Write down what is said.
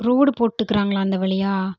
road போட்டுகிறாங்ளா அந்த வழியாக